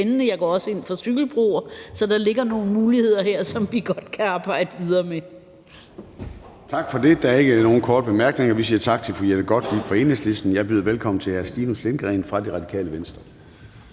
Jeg går også ind for cykelbroer, så der ligger nogle muligheder her, som vi godt kan arbejde videre med. Kl. 10:53 Formanden (Søren Gade): Tak for det. Der er ikke nogen korte bemærkninger. Vi siger tak til fru Jette Gottlieb fra Enhedslisten. Jeg byder velkommen til hr. Stinus Lindgreen fra Radikale Venstre.